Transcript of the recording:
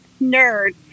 nerd